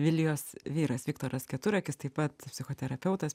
vilijos vyras viktoras keturakis taip pat psichoterapeutas